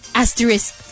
asterisk